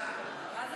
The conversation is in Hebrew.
מה זה